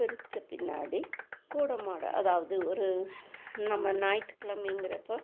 பிரிச்ச பின்னாடி கூடமாட அதாவது ஒரு நம்ம ஞாயிற்றுக் கிழமைங்கிறப்ப